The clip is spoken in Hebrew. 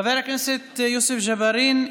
חבר הכנסת יוסף ג'בארין,